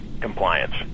compliance